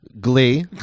Glee